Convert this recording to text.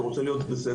הוא רוצה להיות בסדר,